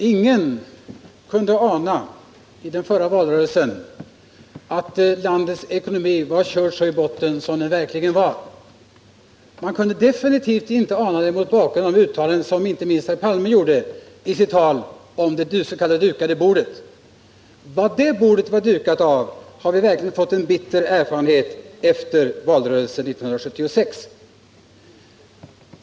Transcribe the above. Herr talman! Ingen kunde i den förra valrörelsen ana att landets ekonomi var körd så i botten som den verkligen var. Man kunde definitivt inte ana det mot bakgrund av de uttalanden som herr Palme gjorde, när han talade om det s.k. dukade bordet. Vad det bordet var dukat med har vi verkligen fått en bitter erfarenhet av efter valrörelsen 1976.